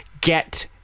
get